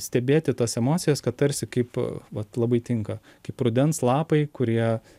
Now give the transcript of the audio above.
stebėti tas emocijas kad tarsi kaip vat labai tinka kaip rudens lapai kurie